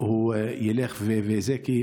ילך ויקטן,